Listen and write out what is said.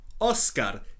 Oscar